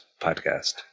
Podcast